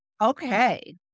Okay